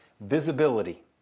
Visibility